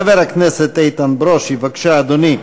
חבר הכנסת איתן ברושי, בבקשה, אדוני.